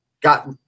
got –